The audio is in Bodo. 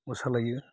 मोसालायो